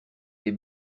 des